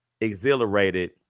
exhilarated